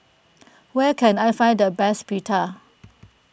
where can I find the best Pita